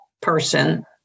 person